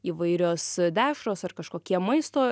įvairios dešros ar kažkokie maisto